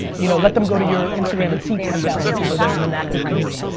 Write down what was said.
you know, let them go to your instagram and see ten thousand people there in an active community.